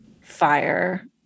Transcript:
fire